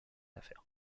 affaire